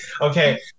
Okay